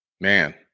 man